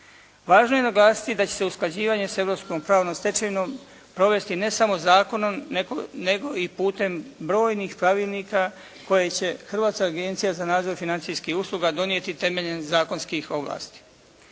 Važno je naglasiti da će se usklađivanje s europskom pravnom stečevinom provesti ne samo zakonom, nego i putem brojnih pravilnika koje će Hrvatska agencija za nadzor financijskih usluga donijeti temeljem zakonskih ovlasti.